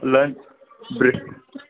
lunch brake